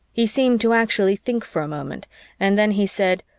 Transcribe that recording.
he seemed to actually think for a moment and then he said,